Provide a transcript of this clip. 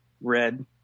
red